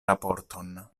raporton